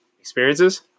Experiences